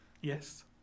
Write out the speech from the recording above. Yes